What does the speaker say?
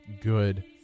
good